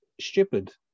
stupid